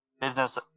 Business